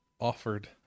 offered